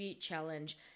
Challenge